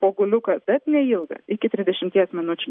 poguliukas bet neilgas iki trisdešimties minučių